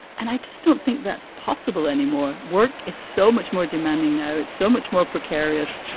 and i just don't think that's possible anymore. work is so much more demanding now. it's so much more precarious.